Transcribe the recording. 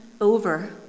over